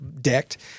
decked